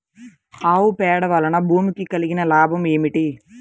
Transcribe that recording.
ఆవు పేడ వలన భూమికి కలిగిన లాభం ఏమిటి?